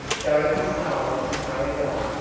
dorothy smiled and hurried on,